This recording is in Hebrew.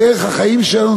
בדרך החיים שלנו.